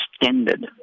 extended